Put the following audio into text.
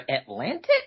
Atlantic